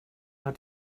hat